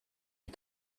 you